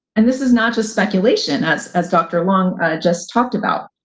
and this is not just speculation as as dr. long just talked about,